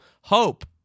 Hope